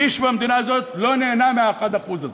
איש מהמדינה הזאת לא נהנה מה-1% הזה.